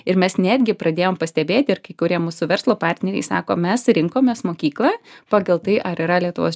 ir mes netgi pradėjom pastebėti ir kai kurie mūsų verslo partneriai sako mes rinkomės mokyklą pagal tai ar yra lietuvos